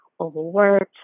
overworked